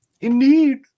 Indeed